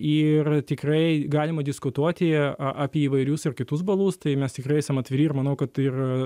ir tikrai galima diskutuoti apie įvairius ir kitus balus tai mes tikrai esam atviri ir manau kad ir